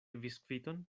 biskviton